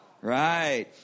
Right